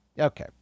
Okay